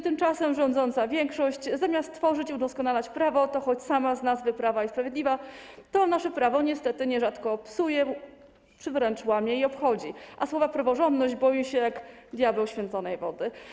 Tymczasem rządząca większość, zamiast tworzyć i udoskonalać prawo, choć sama z nazwy prawa i sprawiedliwa, nasze prawo niestety nierzadko psuje czy wręcz łamie i obchodzi, a słowa „praworządność” boi się jak diabeł święconej wody.